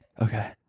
Okay